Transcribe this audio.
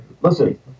listen